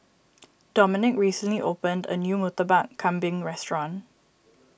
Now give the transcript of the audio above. Dominik recently opened a new Murtabak Kambing restaurant